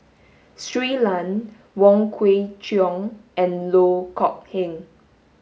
Shui Lan Wong Kwei Cheong and Loh Kok Heng